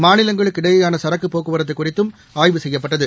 மாநிலங்களுக்கிடையேயான சரக்குப் போக்குவரத்து குறித்தும் ஆய்வு செய்யப்பட்டது